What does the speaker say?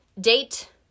date